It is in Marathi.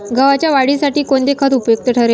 गव्हाच्या वाढीसाठी कोणते खत उपयुक्त ठरेल?